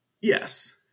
Yes